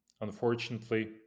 unfortunately